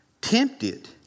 tempted